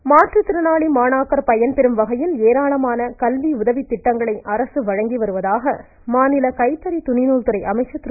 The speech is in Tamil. மணியன் மாற்றுத்திறனாளி மாணாக்கர் பயன்பெறும் வகையில் ஏராளமான கல்வி உதவித் திட்டங்களை அரசு வழங்கி வருவதாக மாநில கைத்தறி துணிநூல் துறை அமைச்சர் திரு